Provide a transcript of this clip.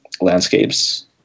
landscapes